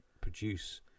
Produce